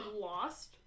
lost